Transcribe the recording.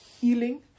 healing